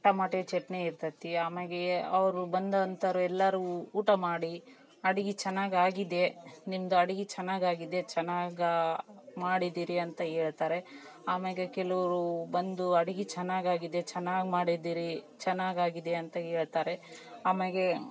ಟಮಾಟೆ ಚಟ್ನಿ ಇರ್ತತಿ ಆಮ್ಯಾಗೇ ಅವರು ಬಂದ ನಂತರ ಎಲ್ಲರೂ ಊಟ ಮಾಡಿ ಅಡುಗೆ ಚೆನ್ನಾಗ್ ಆಗಿದೆ ನಿಮ್ಮದು ಅಡುಗೆ ಚೆನ್ನಾಗ್ ಆಗಿದೆ ಚೆನ್ನಾಗಾ ಮಾಡಿದೀರಿ ಅಂತ ಹೇಳ್ತಾರೆ ಆಮ್ಯಾಗೆ ಕೆಲುರೂ ಬಂದು ಅಡುಗೆ ಚೆನ್ನಾಗ್ ಆಗಿದೆ ಚೆನ್ನಾಗ್ ಮಾಡಿದೀರೀ ಚೆನ್ನಾಗ್ ಆಗಿದೆ ಅಂತ ಹೇಳ್ತಾರೆ ಆಮ್ಯಾಗೆ